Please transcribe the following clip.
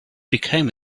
became